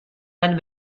wenn